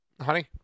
honey